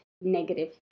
negative